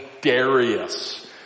Darius